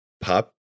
pop